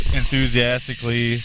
enthusiastically